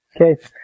Okay